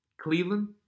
Cleveland